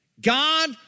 God